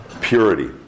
purity